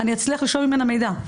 אני אצליח לשאוב ממנה מידע.